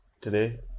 today